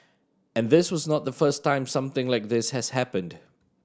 and this was not the first time something like this has happened